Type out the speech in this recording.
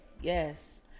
Yes